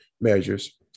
measures